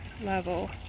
level